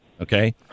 okay